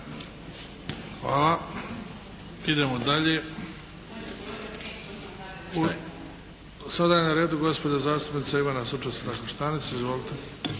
Hvala. Idemo dalje. Sada je na redu gospođa zastupnica Ivana Sučec-Trakoštanec. Izvolite.